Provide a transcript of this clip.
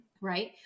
Right